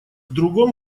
другом